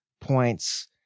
points